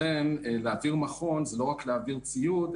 לכן להעביר מכון זה לא רק להעביר ציוד,